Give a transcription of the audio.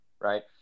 right